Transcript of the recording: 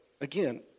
again